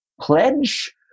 pledge